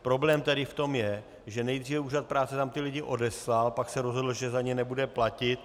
Problém tady v tom je, že nejdříve úřad práce tam ty lidi odeslal, pak se rozhodl, že za ně nebude platit.